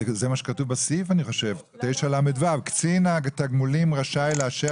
אני חושב שזה מה שכתוב בסעיף 9לו. קצין התגמולים רשאי לאשר